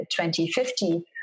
2050